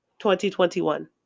2021